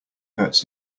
hurts